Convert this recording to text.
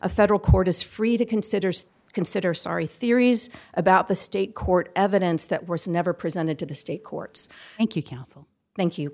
a federal court is free to considers consider sorry theories about the state court evidence that were never presented to the state courts thank you counsel thank you